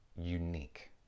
unique